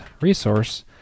resource